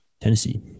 Tennessee